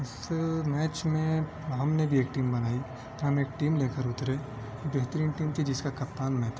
اس سے میچ میں ہم نے بھی ایک ٹیم بنائی ہم ایک ٹیم لے کر اترے بہترین ٹیم تھی جس کا کپتان میں تھا